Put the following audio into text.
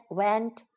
went